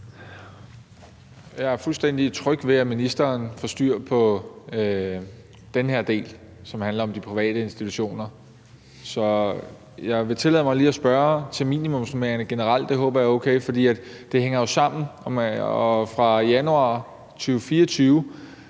Jeg er fuldstændig tryg ved, at ministeren får styr på den her del, som handler om de private institutioner. Så jeg vil tillade mig lige at spørge til minimumsnormeringerne generelt – det håber jeg er okay – for det hænger jo sammen, og fra januar 2024